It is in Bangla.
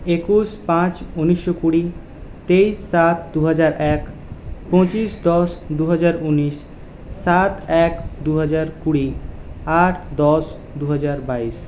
একুশ পাঁচ উনিশশো কুড়ি তেইশ সাত দু হাজার এক পঁচিশ দশ দু হাজার উনিশ সাত এক দু হাজার কুড়ি আট দশ দু হাজার বাইশ